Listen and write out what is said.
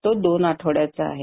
तो दोन आठवड्यांचा आहे